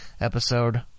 episode